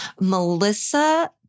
Melissa